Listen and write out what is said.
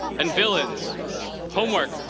and villains homework,